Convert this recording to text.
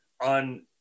on